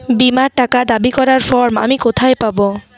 বীমার টাকা দাবি করার ফর্ম আমি কোথায় পাব?